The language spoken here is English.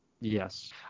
Yes